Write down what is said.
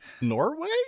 Norway